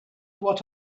what